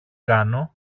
κάνω